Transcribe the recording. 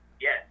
Yes